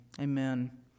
Amen